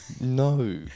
No